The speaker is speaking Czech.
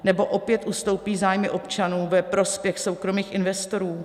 Nebo opět ustoupí zájmy občanů ve prospěch soukromých investorů?